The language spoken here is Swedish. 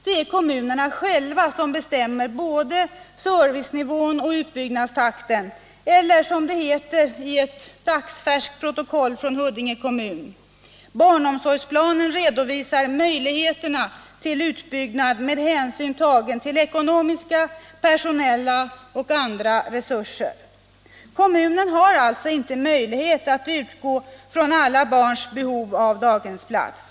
Det är kommunerna själva som bestämmer både servicenivån och utbyggnadstakten eller, som det heter i ett dagsfärskt protokoll från Huddinge kommun: ”Barnomsorgsplanen redovisar möj Nr 76 ligheterna till utbyggnad med hänsyn tagen till ekonomiska, personella Tisdagen den och andra resurser.” 1 mars 1977 Kommunen har alltså inte möjlighet att utgå från alla barns behov — av daghemsplats.